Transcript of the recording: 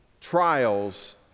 trials